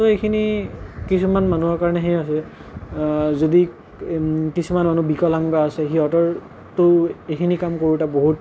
এইখিনি কিছুমান কিছুমান মানুহৰ কাৰণে সেই যদি কিছুমান অঞ্চলত বিকলাঙ্গ আছে সিহঁতৰতো এইখিনি কাম কৰোঁতে বহুত